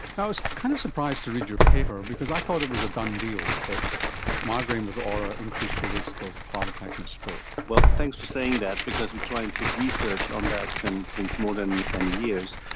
i was kind of surprised to read your paper because i thought it was a done deal that migraine with aura increased your risk of heart attack and stroke. well, thanks for saying that because we are trying to research on that since since more than ten years,